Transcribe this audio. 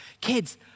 kids